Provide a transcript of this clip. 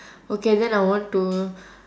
okay then I want to